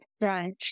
Right